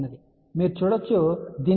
మీరు ఇక్కడ చూడవచ్చు దీని కప్లింగ్ విలువ 20